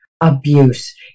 abuse